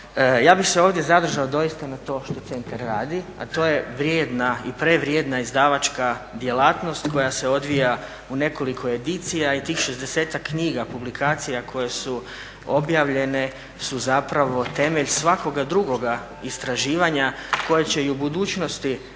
Ja bih se ovdje zadržao doista na to što centar radi, a to je vrijedna i prevrijedna izdavačka djelatnost koja se odvija u nekoliko edicija i tih 60-ak knjiga publikacija koje su objavljene su temelj svakoga drugog istraživanja koja će i u budućnosti